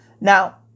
Now